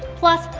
plus,